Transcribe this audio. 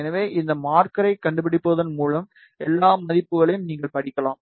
எனவே இந்த மார்க்கரைக் கண்டுபிடிப்பதன் மூலம் எல்லா மதிப்புகளையும் நீங்கள் படிக்கலாம்